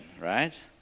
right